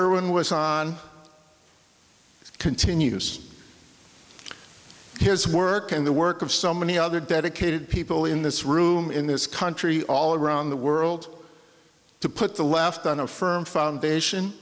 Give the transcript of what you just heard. irwin was on continues here is work and the work of so many other dedicated people in this room in this country all around the world to put the left on a firm foundation